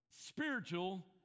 spiritual